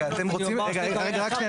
רגע, רק שנייה.